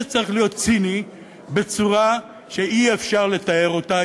צריך להיות ציני בצורה שאי-אפשר לתאר אותה.